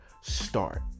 start